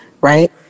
right